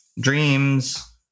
dreams